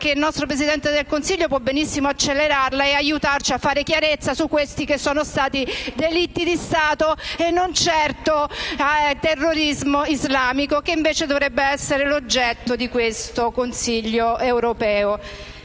che il nostro Presidente del Consiglio può benissimo accelerarla e aiutarci a fare chiarezza su questi delitti di Stato e non certo di terrorismo islamico, che dovrebbe essere l'oggetto di questo Consiglio europeo.